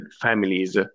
families